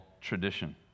tradition